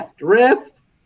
wrist